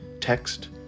Text